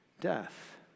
death